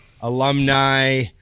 alumni